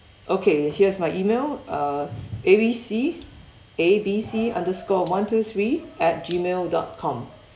okay here's my email uh A B C A B C underscore one two three at gmail dot com